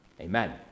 amen